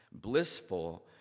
blissful